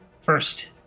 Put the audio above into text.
First